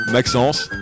Maxence